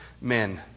men